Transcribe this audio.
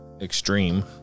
extreme